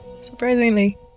surprisingly